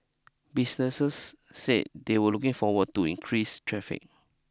businesses said they were looking forward to increase traffic